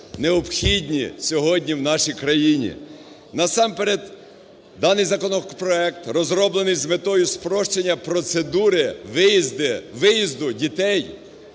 необхідні сьогодні в нашій країні. Насамперед даний законопроект розроблений з метою спрощення процедури виїзду дітей